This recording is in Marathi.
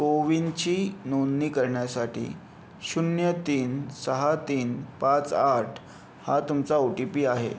कोविनची नोंदणी करण्यासाठी शून्य तीन सहा तीन पाच आठ हा तुमचा ओ टी पी आहे